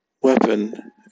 weapon